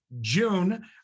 June